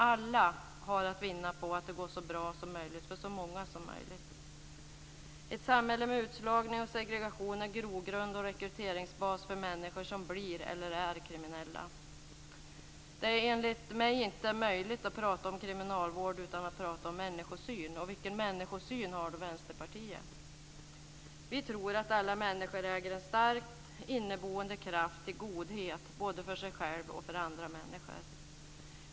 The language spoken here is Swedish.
Alla har att vinna på att det går så bra som möjligt för så många som möjligt. Ett samhället med utslagning och segregation är grogrund och rekryteringsbas för människor som blir eller är kriminella. Det är enligt min mening inte möjligt att tala om kriminalvård utan att tala om människosyn. Vilken människosyn har då Vänsterpartiet? Vi tror att alla människor äger en stark inneboende kraft till godhet både för sig själv och för andra människor.